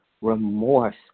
remorse